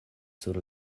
sur